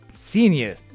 senior